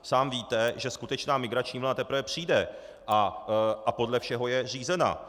Sám víte, že skutečná migrační vlna teprve přijde a podle všeho je řízená.